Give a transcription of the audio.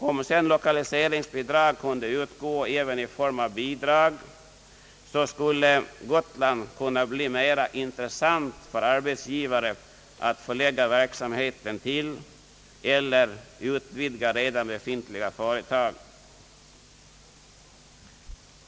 Om sedan lokaliseringsstöd kunde utgå även i form av bidrag, skulle Gotland kunna bli mera intressant för arbetsgivare som vill förlägga sin verksamhet dit eller utvidga redan befintliga företag på Gotland.